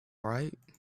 right